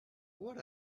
what